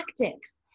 tactics